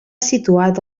situat